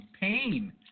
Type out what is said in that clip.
pain